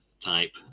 type